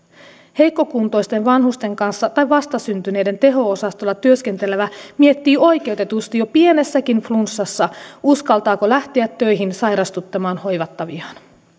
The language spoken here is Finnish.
heikkokuntoisten vanhusten kanssa tai vastasyntyneiden teho osastolla työskentelevä miettii oikeutetusti jo pienessäkin flunssassa uskaltaako lähteä töihin sairastuttamaan hoivattaviaan